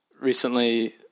recently